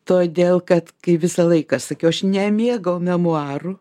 todėl kad kai visą laiką sakiau aš nemėgau memuarų